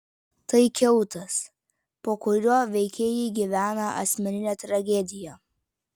tai kiautas po kuriuo veikėjai gyvena asmeninę tragediją